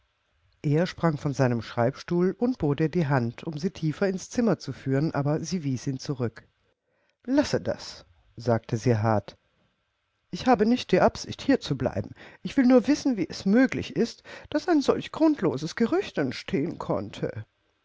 er sprang auf von seinem schreibstuhl und bot ihr die hand um sie tiefer ins zimmer zu führen aber sie wies ihn zurück lasse das sagte sie hart ich habe nicht die absicht hier zu bleiben ich will nur wissen wie es möglich ist daß ein solch grundloses gerücht entstehen konnte